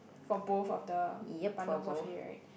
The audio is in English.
for both of the bundles of hay right